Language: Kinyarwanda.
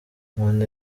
nkunda